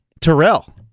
Terrell